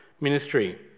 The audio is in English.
ministry